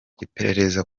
iperereza